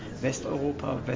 Westeuropa